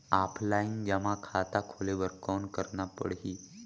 Offline जमा खाता खोले बर कौन करना पड़ही?